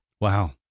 Wow